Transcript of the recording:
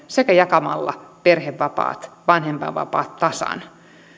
sekä jakamalla perhevapaat vanhempainvapaat tasan